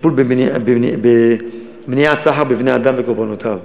טיפול במניעת סחר בבני-אדם ובקורבנותיו,